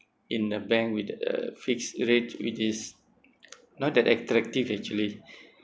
in a bank with a fixed rate which is not that attractive actually